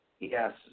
Yes